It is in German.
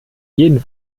jeden